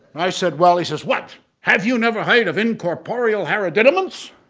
i said well. he says what, have you never heard of incorporeal hereditament?